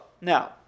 now